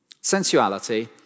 Sensuality